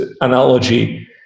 analogy